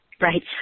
Right